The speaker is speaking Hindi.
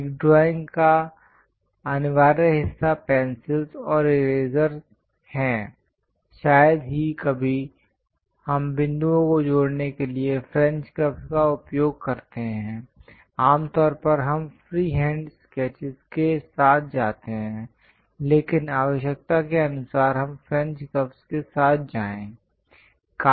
एक ड्राइंग का अनिवार्य हिस्सा पेंसिलस् और इरेज़र है शायद ही कभी हम बिंदुओं को जोड़ने के लिए फ्रेंच कर्वस् का उपयोग करते हैं आमतौर पर हम फ्रीहैंड स्केचस् के साथ जाते हैं लेकिन आवश्यकता के अनुसार हम फ्रेंच कर्वस् के साथ जाएं